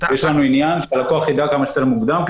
יש לנו עניין שלקוח ידע כמה שיותר מוקדם,